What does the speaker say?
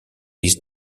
his